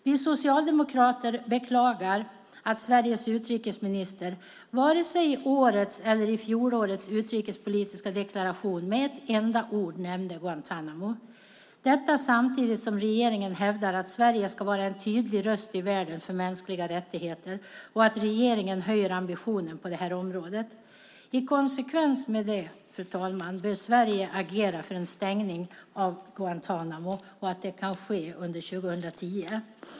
Vi socialdemokrater beklagar att Sveriges utrikesminister inte i vare sig årets eller fjolårets utrikespolitiska deklaration med ett enda ord nämnde Guantánamo - detta samtidigt som regeringen hävdar att Sverige ska vara en tydlig röst i världen för mänskliga rättigheter och att man höjer ambitionen på området. I konsekvens med det, fru talman, bör Sverige agera för att en stängning av Guantánamo kan ske under 2010.